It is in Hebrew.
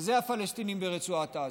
ואלה הפלסטינים ברצועת עזה,